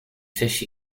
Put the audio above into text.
fish